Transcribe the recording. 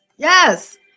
Yes